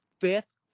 fifth